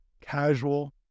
casual